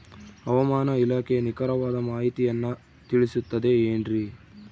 ಹವಮಾನ ಇಲಾಖೆಯ ನಿಖರವಾದ ಮಾಹಿತಿಯನ್ನ ತಿಳಿಸುತ್ತದೆ ಎನ್ರಿ?